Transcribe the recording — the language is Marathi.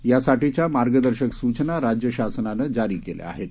यासाठीच्यामार्गदर्शकसूचनाराज्यशासनानंजारीकेल्याआहेत